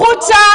החוצה.